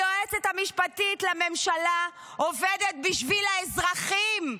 היועצת המשפטית לממשלה עובדת בשביל האזרחים.